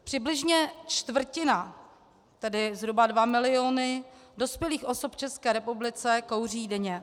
Přibližně čtvrtina, tedy zhruba 2 miliony dospělých osob v České republice kouří denně.